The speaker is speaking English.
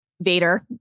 Vader